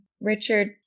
Richard